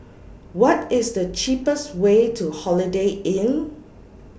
What IS The cheapest Way to Holiday Inn